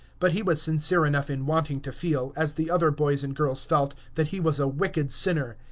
but he was sincere enough in wanting to feel, as the other boys and girls felt, that he was a wicked sinner.